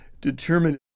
determine